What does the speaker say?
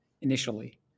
initially